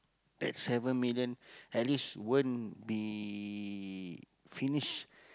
that seven million at least won't be finished